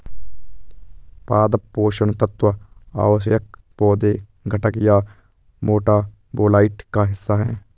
पादप पोषण तत्व आवश्यक पौधे घटक या मेटाबोलाइट का हिस्सा है